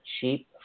cheap